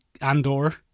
Andor